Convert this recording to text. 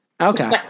Okay